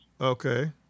Okay